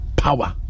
power